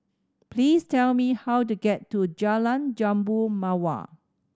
please tell me how to get to Jalan Jambu Mawar